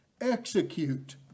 execute